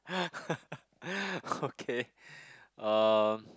okay um